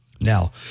Now